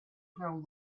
grow